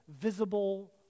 visible